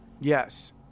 Yes